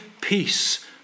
peace